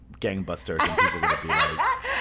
gangbusters